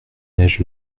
neige